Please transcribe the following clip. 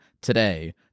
today